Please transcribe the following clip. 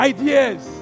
Ideas